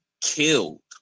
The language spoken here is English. killed